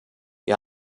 wir